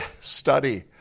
study